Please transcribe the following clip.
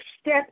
step